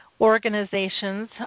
Organizations